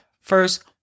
first